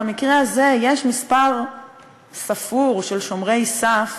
במקרה הזה יש מספר ספור של שומרי סף,